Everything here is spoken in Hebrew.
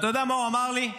אתה יודע מה הוא אמר לי?